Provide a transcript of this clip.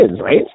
right